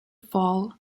fall